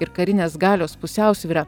ir karinės galios pusiausvyrą